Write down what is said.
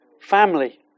family